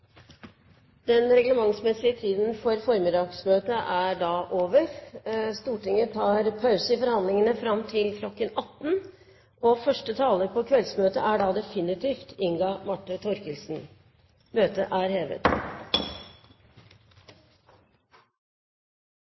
Den reglementsmessige tiden for formiddagsmøtet er da over. Stortinget tar pause i forhandlingene fram til kl. 18. Første taler på kveldsmøtet er definitivt Inga